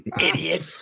idiot